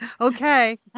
Okay